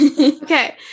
okay